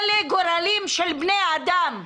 אלה גורלות של בני אדם.